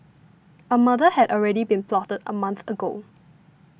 a murder had already been plotted a month ago